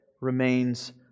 remains